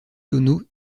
tonneaux